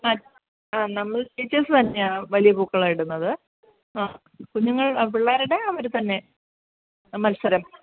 ആ ആ നമ്മൾ ടീച്ചേർസ് തന്നെയാണ് വലിയ പൂക്കളം ഇടുന്നത് ആ കുഞ്ഞുങ്ങൾ പിള്ളേരുടെ അവർ തന്നെ മത്സരം